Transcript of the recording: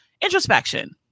introspection